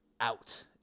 out